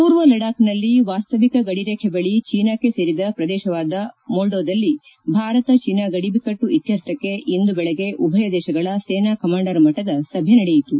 ಪೂರ್ವ ಲಡಾಕ್ನಲ್ಲಿ ವಾಸ್ತವಿಕ ಗಡಿ ರೇಖೆ ಬಳಿ ಚೀನಾಕ್ಕೆ ಸೇರಿದ ಪ್ರದೇಶವಾದ ಮೊಲ್ನೊದಲ್ಲಿ ಭಾರತ ಚೀನಾ ಗಡಿ ಬಿಕ್ಕಟ್ನು ಇತ್ತರ್ಥಕ್ಕೆ ಇಂದು ಬೆಳಿಗ್ಗೆ ಉಭಯ ದೇಶಗಳ ಸೇನಾ ಕಮಾಂಡರ್ ಮಟ್ಟದ ಸಭೆ ನಡೆಯಿತು